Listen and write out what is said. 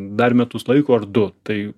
dar metus laiko ar du tai